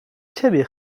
ciebie